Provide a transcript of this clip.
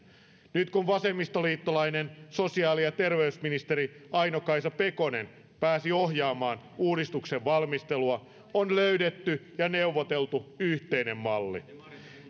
nyt kun vasemmistoliittolainen sosiaali ja terveysministeri aino kaisa pekonen pääsi ohjaamaan uudistuksen valmistelua on löydetty ja neuvoteltu yhteinen malli